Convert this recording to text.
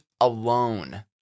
alone